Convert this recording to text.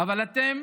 אבל אתם,